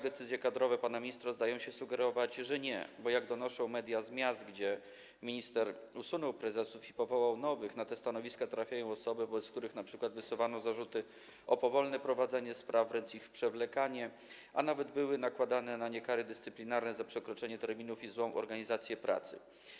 Decyzje kadrowe pana ministra zdają się sugerować, że nie, bo jak donoszą media z miast, gdzie minister usunął prezesów i powołał nowych, na te stanowiska trafiają osoby, wobec których np. wysuwano zarzuty o powolne prowadzenie spraw, wręcz ich przewlekanie, a nawet były nakładane na nie kary dyscyplinarne za przekroczenie terminów i złą organizację pracy.